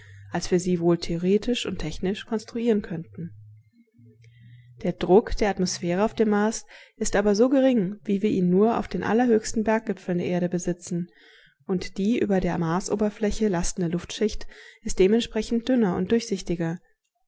als wir sie wohl theoretisch und technisch konstruieren könnten der druck der atmosphäre auf dem mars ist aber so gering wie wir ihn nur auf den allerhöchsten berggipfeln der erde besitzen und die über der marsoberfläche lastende luftschicht ist dementsprechend dünner und durchsichtiger